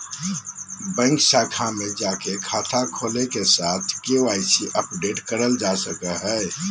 bank शाखा में जाके खाता खोले के साथ के.वाई.सी अपडेट करल जा सको हय